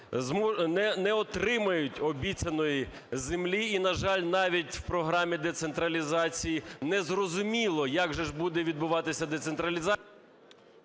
не отримають обіцяної землі і, на жаль, навіть у програмі децентралізації незрозуміло, як же ж буде відбуватися децентралізація…